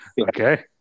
Okay